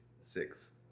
Six